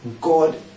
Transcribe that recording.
God